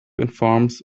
informs